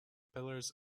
pillars